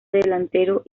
delantero